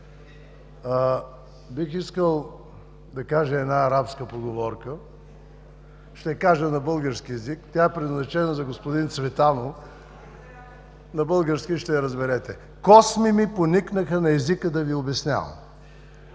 Бих искал да кажа една арабска поговорка. Ще я кажа на български език. Тя е предназначена за господин Цветанов. На български ще я разберете: „Косми ми поникнаха на езика да Ви обяснявам“.